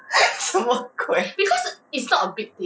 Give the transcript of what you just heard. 什么鬼